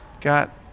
got